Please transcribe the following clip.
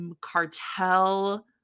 cartel